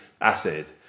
acid